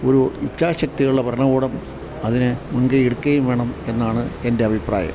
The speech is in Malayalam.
ഒരു ഇച്ഛാശക്തിയുള്ള ഭരണകൂടം അതിന് മുൻകൈ എടുക്കുകയും വേണം എന്നാണ് എൻ്റെ അഭിപ്രായം